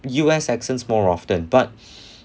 U_S accent more often but